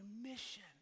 mission